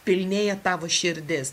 pilnėja tavo širdis